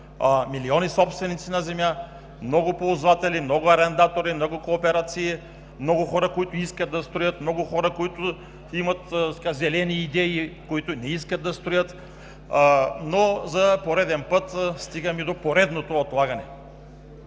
милиони собственици на земя, много ползватели, много арендатори, много кооперации, много хора, които искат да строят, много хора, които имат зелени идеи и не искат да строят, но за пореден път стигаме до поредното отлагане.